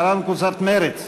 להלן: קבוצת מרצ,